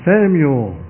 Samuel